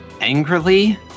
angrily